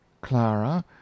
Clara